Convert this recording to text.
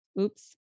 Oops